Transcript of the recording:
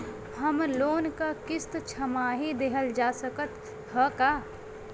Home loan क किस्त छमाही देहल जा सकत ह का?